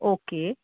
okay